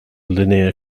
linear